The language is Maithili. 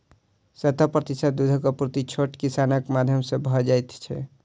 सत्तर प्रतिशत दूधक आपूर्ति छोट किसानक माध्यम सॅ भ जाइत छै